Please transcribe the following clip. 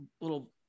little